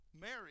Mary